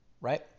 right